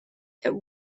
that